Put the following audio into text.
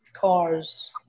cars